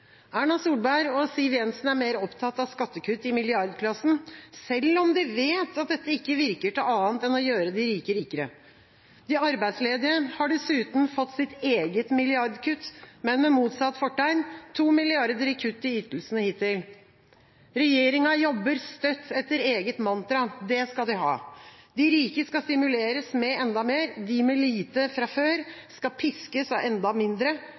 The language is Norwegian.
Erna Solberg og Siv Jensen er mer opptatt av skattekutt i milliardklassen, selv om de vet at dette ikke virker til annet enn å gjøre de rike rikere. De arbeidsledige har dessuten fått sitt eget milliardkutt, men med motsatt fortegn – 2 mrd. kr i kutt i ytelsene hittil. Regjeringa jobber støtt etter eget mantra, det skal de ha – de rike skal stimuleres med enda mer, de med lite fra før skal piskes av enda mindre,